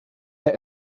der